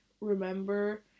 Remember